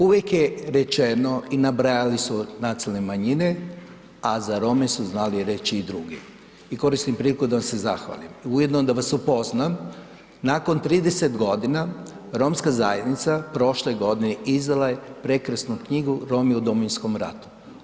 Uvijek je rečeno i nabrajali su nacionalne manjine, a za Rome su znali reći i drugi i koristim priliku da vam se zahvalim, ujedno da vas upoznam, nakon 30 g. romska zajednica prošle godine izdala je prekrasnu knjigu „Romi u Domovinskom ratu“